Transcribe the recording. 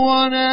one